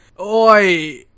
Oi